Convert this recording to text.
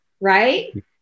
right